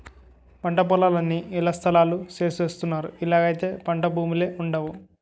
పంటపొలాలన్నీ ఇళ్లస్థలాలు సేసస్తన్నారు ఇలాగైతే పంటభూములే వుండవు